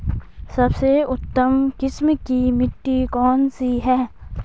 सबसे उत्तम किस्म की मिट्टी कौन सी है?